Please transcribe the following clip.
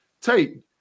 Tate